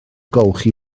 golchi